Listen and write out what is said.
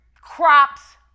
crops